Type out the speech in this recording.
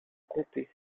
comté